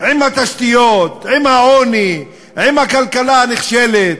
עם התשתיות, עם העוני, עם הכלכלה הנחשלת,